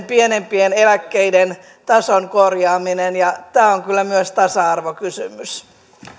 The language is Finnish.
pienempien eläkkeiden tason korjaaminen ja tämä on kyllä myös tasa arvokysymys